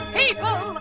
people